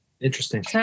interesting